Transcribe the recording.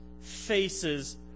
faces